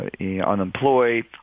unemployed